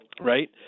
right